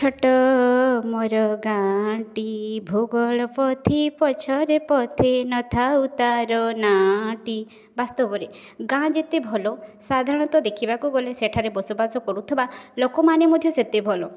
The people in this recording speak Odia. ଛୋଟ ମୋର ଗାଁ ଟି ଭୂଗୋଳ ପୋଥି ପଛରେ ପଥେ ନ ଥାଉ ତାର ନାଁ ଟି ବାସ୍ତବରେ ଗାଁ ଯେତେ ଭଲ ସାଧାରଣତଃ ଦେଖିବାକୁ ଗଲେ ସେଠାରେ ବସବାସ କରୁଥିବା ଲୋକମାନେ ମଧ୍ୟ ସେତେ ଭଲ